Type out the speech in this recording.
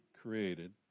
created